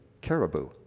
caribou